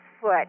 foot